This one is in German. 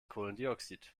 kohlendioxid